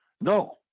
No